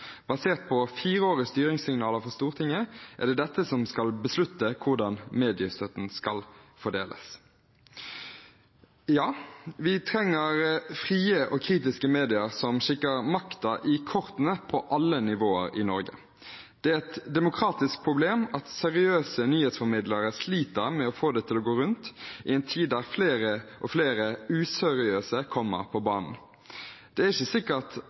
Basert på fireårige styringssignaler fra Stortinget er det dette som skal beslutte hvordan mediestøtten skal fordeles. Ja, vi trenger frie og kritiske medier som kikker makten i kortene på alle nivåer i Norge. Det er et demokratisk problem at seriøse nyhetsformidlere sliter med å få det til å gå rundt i en tid der flere og flere useriøse kommer på banen. Det er ikke sikkert